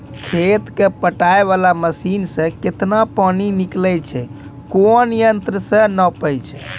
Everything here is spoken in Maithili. खेत कऽ पटाय वाला मसीन से केतना पानी निकलैय छै कोन यंत्र से नपाय छै